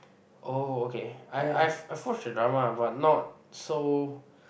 oh okay I I've I've watched the drama lah but not so